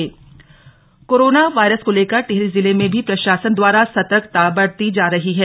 corona virus Tehri corona virus को लेकर टिहरी जिले में भी प्रशासन द्वारा सतर्कता बरती जा रही है